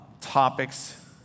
topics